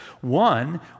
One